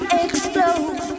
explode